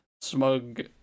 smug